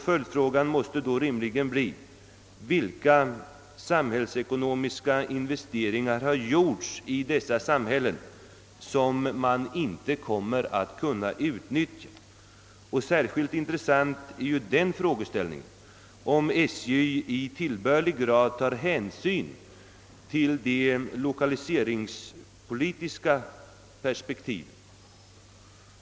Följdfrågan måste då rimligen bli, hur stora samhällsekonomiska investeringar som gjorts i dessa samhällen men som nu inte kommer att kunna utnyttjas. Särskilt intressant är frågan om SJ i tillbörlig grad tar hänsyn till de lokaliseringspolitiska perspektiven.